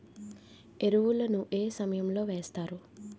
ఎరువుల ను ఏ సమయం లో వేస్తారు?